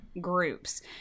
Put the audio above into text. groups